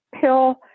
pill